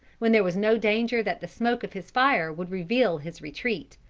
when there was no danger that the smoke of his fire would reveal his retreat.